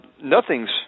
nothing's